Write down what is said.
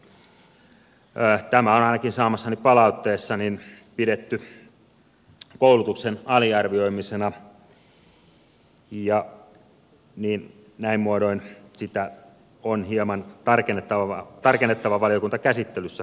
tätä on ainakin saamassani palautteessa pidetty koulutuksen aliarvioimisena ja näin muodoin sitä on hieman tarkennettava valiokuntakäsittelyssä